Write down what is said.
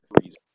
freezer